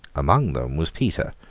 among them was petre,